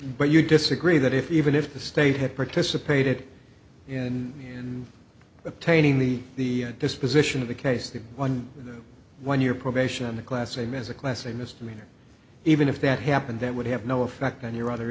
but you disagree that if even if the state had participated in obtaining the the disposition of the case that on one year probation in the classroom as a class a misdemeanor even if that happened that would have no effect on your other